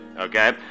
Okay